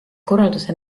korralduse